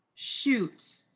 Shoot